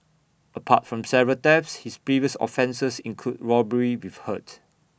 apart from several thefts his previous offences include robbery with hurt